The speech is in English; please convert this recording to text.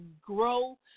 grow